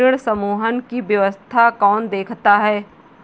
ऋण समूहन की व्यवस्था कौन देखता है?